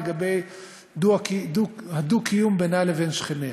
לגבי הדו-קיום בינה לבין שכניה.